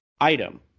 item